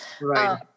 Right